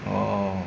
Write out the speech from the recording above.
orh